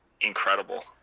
incredible